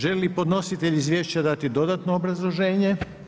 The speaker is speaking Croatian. Želi li podnositelj izvješća dati dodatno obrazloženje?